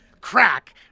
crack